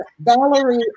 Valerie